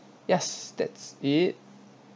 yes that's it